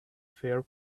fair